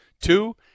Two